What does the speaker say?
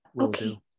Okay